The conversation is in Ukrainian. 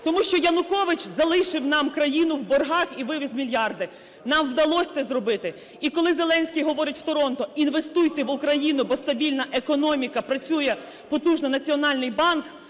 Тому що Янукович залишив нам країну в боргах і вивіз мільярди. Нам вдалось це зробити. І коли Зеленський говорить в Торонто "інвестуйте в Україну, бо стабільна економіка, працює потужно Національний банк",